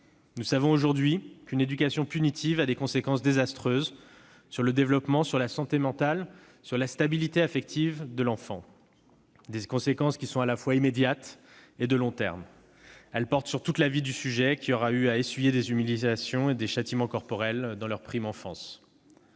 nous savons aujourd'hui qu'une éducation punitive a des conséquences désastreuses sur le développement, la santé mentale et la stabilité affective de l'enfant. Des conséquences à la fois immédiates et de long terme sont observées : elles portent sur toute la vie du sujet qui aura eu à essuyer des humiliations et des châtiments corporels dans sa prime enfance.